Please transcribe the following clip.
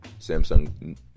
samsung